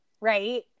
right